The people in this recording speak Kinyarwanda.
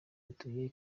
dutuye